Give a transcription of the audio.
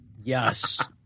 Yes